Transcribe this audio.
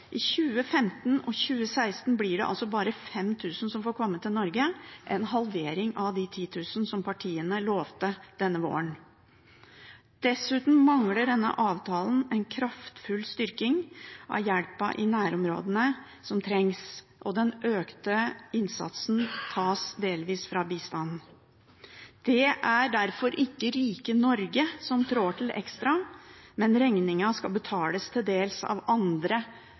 I 2015 og 2016 er det altså bare 5 000 som får komme til Norge – en halvering av de 10 000 som partiene lovte denne våren. Dessuten mangler denne avtalen en kraftfull styrking av hjelpen som trengs i nærområdene, og den økte innsatsen tas delvis fra bistand. Det er derfor ikke rike Norge som trår til ekstra – regningen skal til dels betales av andre,